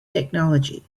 technology